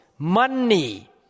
Money